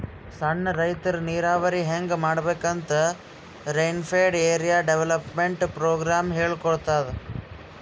ಸಣ್ಣ್ ರೈತರ್ ನೀರಾವರಿ ಹೆಂಗ್ ಮಾಡ್ಬೇಕ್ ಅಂತ್ ರೇನ್ಫೆಡ್ ಏರಿಯಾ ಡೆವಲಪ್ಮೆಂಟ್ ಪ್ರೋಗ್ರಾಮ್ ಹೇಳ್ಕೊಡ್ತಾದ್